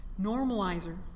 normalizer